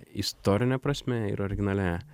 istorine prasme ir originaliąja